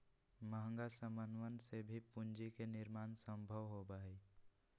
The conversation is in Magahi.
महंगा समनवन से भी पूंजी के निर्माण सम्भव होबा हई